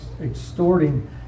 extorting